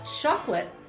chocolate